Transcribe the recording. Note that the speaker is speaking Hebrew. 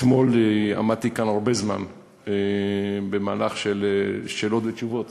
אתמול עמדתי כאן הרבה זמן במהלך של שאלות ותשובות.